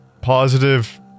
Positive